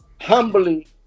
humbly